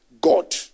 God